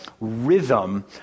rhythm